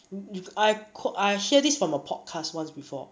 y~ you I coul~ I hear this from a podcast once before